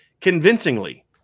convincingly